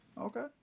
Okay